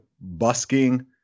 busking